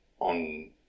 on